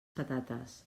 patates